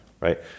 Right